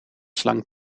slang